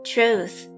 Truth